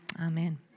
Amen